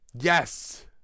Yes